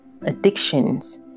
addictions